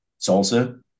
salsa